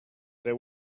there